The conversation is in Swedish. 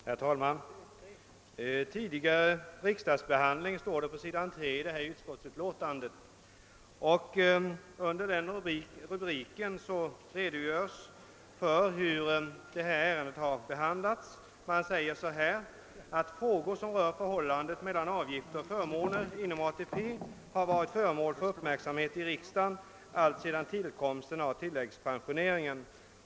Herr talman! »Tidigare riksdagsbehandling» står det på s. 3 i detta utlåtande, och under den rubriken redogörs för hur ärendet har behandlats: »Frågor som rör förhållandet mellan avgifter och förmåner inom ATP har varit föremål för uppmärksamhet i riksdagen alltsedan tillkomsten av tilläggspensioneringen.